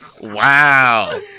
Wow